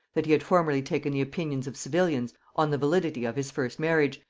that he had formerly taken the opinions of civilians on the validity of his first marriage,